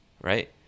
right